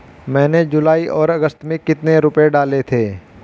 मैंने जुलाई और अगस्त में कितने रुपये डाले थे?